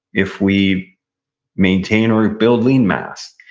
if we maintain or build lean mass,